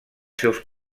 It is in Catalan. seus